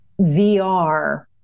VR